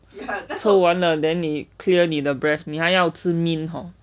抽完了 then 你 clear 你的 breath 你还要吃 mint hor